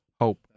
hope